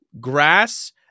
grass